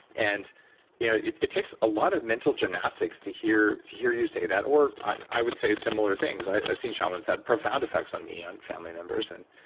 and you know it it takes a lot of mental gymnastics to hear hear you say that or i would say similar things. i've seen shamans had profound effects on me and family members and